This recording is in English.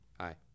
Hi